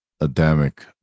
Adamic